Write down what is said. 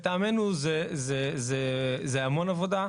לטעמנו זה המון עבודה.